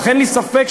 אין לי ספק,